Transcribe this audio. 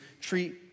treat